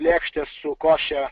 lėkštes su koše